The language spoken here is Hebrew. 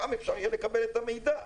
שם ניתן יהיה לקבל את המידע,